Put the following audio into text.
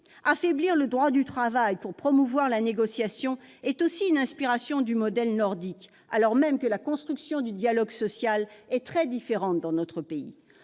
Affaiblir le droit du travail pour promouvoir la négociation s'inspire aussi du modèle nordique, alors même que la construction du dialogue social est très différente dans notre pays.